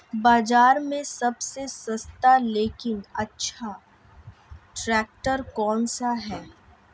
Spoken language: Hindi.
बाज़ार में सबसे सस्ता लेकिन अच्छा ट्रैक्टर कौनसा है?